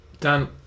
Dan